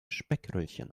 speckröllchen